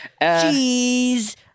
Jeez